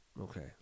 Okay